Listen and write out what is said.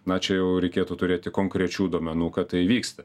na čia jau reikėtų turėti konkrečių duomenų kad tai vyksta